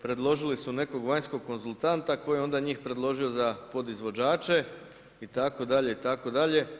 Predložili su nekog vanjskog konzultanta koji je onda njih predložio za podizvođače itd., itd.